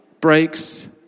breaks